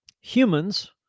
humans